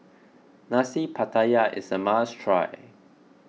Nasi Pattaya is a must try